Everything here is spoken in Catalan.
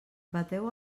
bateu